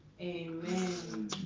Amen